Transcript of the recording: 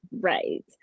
Right